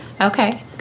Okay